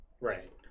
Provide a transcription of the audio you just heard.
Right